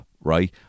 right